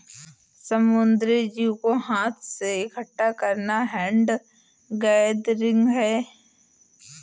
समुद्री जीव को हाथ से इकठ्ठा करना हैंड गैदरिंग है